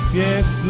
yes